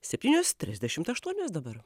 septynios trisdešimt aštuonios dabar